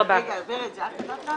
זה דיון מאוד חשוב.